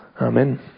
Amen